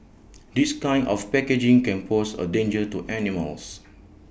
this kind of packaging can pose A danger to animals